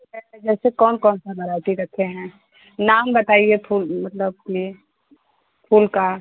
ये कहे रहे जैसे कौन कौन सा वराइटी रखे हैं नाम बताइए फूल मतलब में फूल का